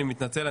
אני מתנצל,